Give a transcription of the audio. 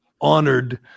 honored